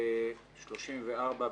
סעיף 34(ב)(1).